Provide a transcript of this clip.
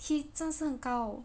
she 真的是很高